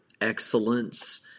excellence